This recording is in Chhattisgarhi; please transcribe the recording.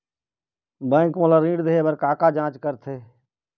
बैंक मोला ऋण देहे बार का का जांच करथे?